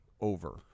over